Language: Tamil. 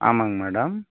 ஆமாங்க மேடம்